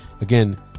Again